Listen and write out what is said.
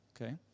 okay